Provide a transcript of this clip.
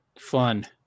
Fun